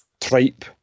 tripe